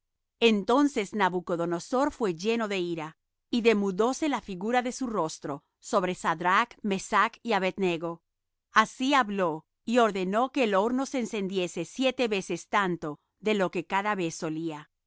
entonces nabucodonosor fué lleno de ira y demudóse la figura de su rostro sobre sadrach mesach y abed nego así habló y ordenó que el horno se encendiese siete veces tanto de lo que cada vez solía